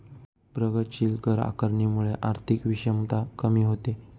प्रगतीशील कर आकारणीमुळे आर्थिक विषमता कमी होते